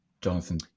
Jonathan